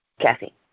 Kathy